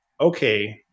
okay